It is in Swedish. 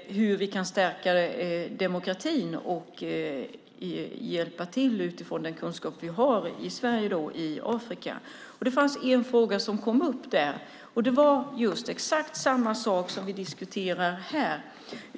hur vi kan stärka demokratin och hjälpa till i Afrika med den kunskap vi har i Sverige. En fråga som kom upp var exakt det som vi diskuterar här.